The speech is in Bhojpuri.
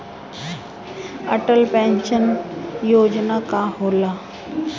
अटल पैंसन योजना का होला?